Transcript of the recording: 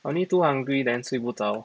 only too hungry then 睡不着